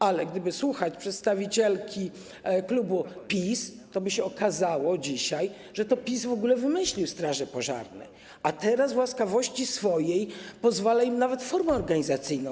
Ale gdyby słuchać przedstawicielki klubu PiS, toby się dzisiaj okazało, że to PiS w ogóle wymyślił straże pożarne, a teraz w łaskawości swojej pozwala im nawet wybrać formę organizacyjną.